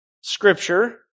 Scripture